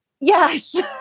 Yes